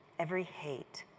every hate,